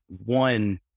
One